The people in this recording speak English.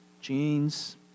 jeans